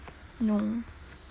no